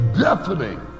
deafening